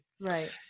Right